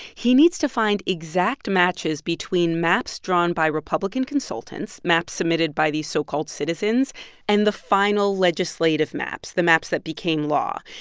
he needs to find exact matches between maps drawn by republican consultants maps submitted by these so-called citizens and the final legislative maps the maps that became law.